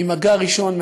ממגע ראשון,